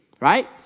right